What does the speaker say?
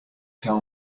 tell